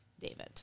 David